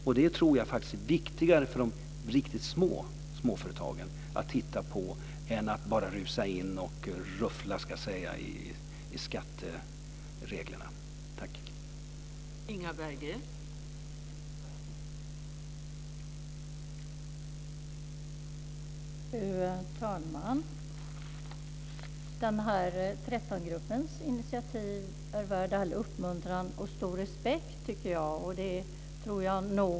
Jag tror faktiskt att det är viktigare för de riktigt små småföretagen att man tittar på det än att man bara rusar in och rufflar när det gäller skattereglerna.